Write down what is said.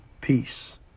peace